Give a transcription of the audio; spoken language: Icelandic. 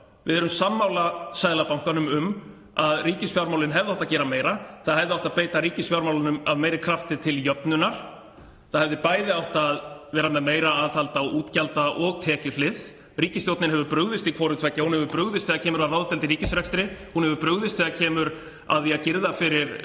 Við erum sammála Seðlabankanum um að ríkisfjármálin hefðu átt að gera meira. Það hefði átt að beita ríkisfjármálunum af meiri krafti til jöfnunar. Það hefði bæði átt að vera með meira aðhald á útgjalda- og tekjuhlið. Ríkisstjórnin hefur brugðist í hvoru tveggja. Hún hefur brugðist þegar kemur að ráðdeild í ríkisrekstri. Hún hefur brugðist þegar kemur að því að girða fyrir